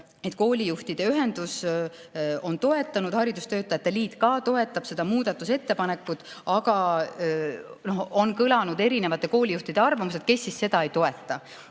koolijuhtide ühendus on toetanud ja haridustöötajate liit ka toetab seda muudatusettepanekut, aga on kõlanud erinevate koolijuhtide arvamused, kes seda ei toeta,